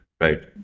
Right